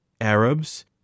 Arabs